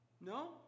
No